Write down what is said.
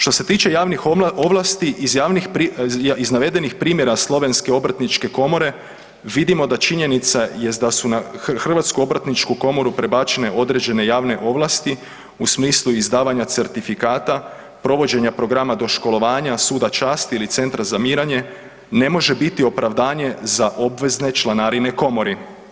Što se tiče javnih ovlasti iz navedenih primjera Slovenske obrtničke komore, vidimo da činjenica jest da su HOK prebačene određene javne ovlasti u smislu izdavanja certifikata, provođenja programa doškolovanja Suda časti ili Centra za mirenje ne može biti opravdanje za obvezne članarine komori.